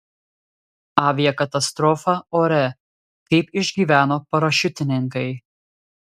aviakatastrofa ore kaip išgyveno parašiutininkai